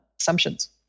assumptions